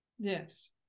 Yes